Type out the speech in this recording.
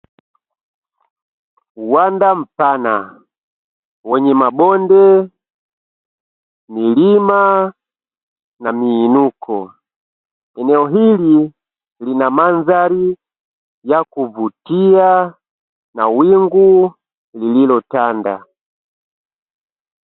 Uwanda mpana wenye mabonde, milima na miinuko, Eneo hili lina mandhari ya kuvutia yenye na wingu lililotanda.